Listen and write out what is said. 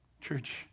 Church